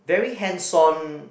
very hands on